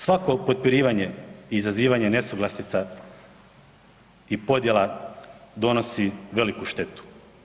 Svako potpirivanje i izazivanje nesuglasica i podjela donosi veliku štetu.